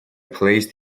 placed